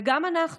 וגם אנחנו,